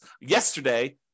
yesterday